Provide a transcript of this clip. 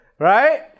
Right